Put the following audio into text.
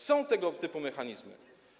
Są tego typu mechanizmy.